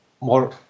more